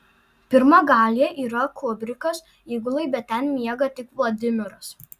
pirmagalyje yra kubrikas įgulai bet ten miega tik vladimiras